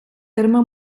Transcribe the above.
terme